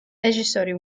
რეჟისორი